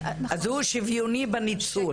אז הוא שוויוני בניצול.